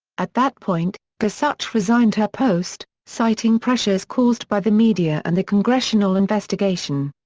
at that point, gorsuch resigned her post, citing pressures caused by the media and the congressional investigation.